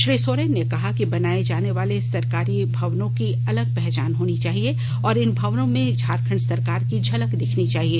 श्री सोरेन ने बनाए जाने वाले सरकारी भवनों की अलग पहचान होनी चाहिए और इन भवनों में झारखंड सरकार की झलक दिखनी चाहिए